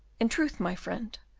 in truth, my friend,